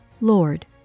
Lord